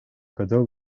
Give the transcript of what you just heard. cadeau